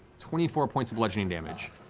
twenty four points of bludgeoning damage.